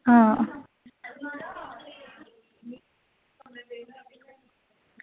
आं